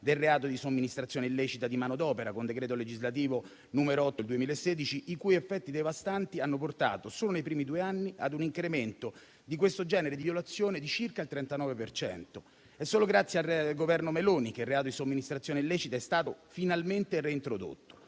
del reato di somministrazione illecita di manodopera, con decreto legislativo n. 8 del 2016, i cui effetti devastanti hanno portato, solo nei primi due anni, ad un incremento di questo genere di violazione di circa il 39 per cento. È solo grazie al Governo Meloni che il reato di somministrazione illecita è stato finalmente reintrodotto.